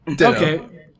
Okay